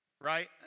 Right